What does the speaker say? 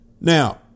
Now